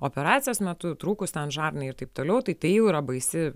operacijos metu trūkus žarnai ir taip toliau tai tai jau yra baisi